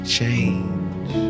change